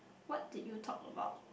what did you talk about